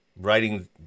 writing